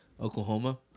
Oklahoma